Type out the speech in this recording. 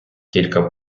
кілька